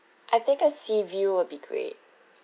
I think a sea view will be great